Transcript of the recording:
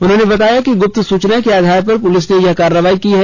उन्होंने बताया कि गुप्त सूचना के आधार पर पुलिस ने यह कार्रवाई की है